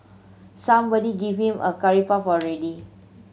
somebody give him a curry puff already